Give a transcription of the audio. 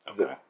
Okay